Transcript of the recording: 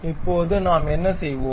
இப்போது நாம் என்ன செய்வோம்